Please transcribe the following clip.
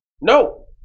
No